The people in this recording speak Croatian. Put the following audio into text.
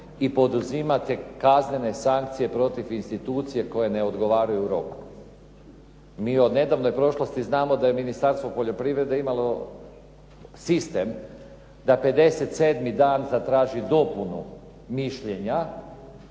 i poduzimate kaznene sankcije protiv institucije koje ne odgovaraju roku. Mi od nedavne prošlosti znamo da je Ministarstvo poljoprivrede imalo sistem da 57 dan zatraži dopunu mišljenja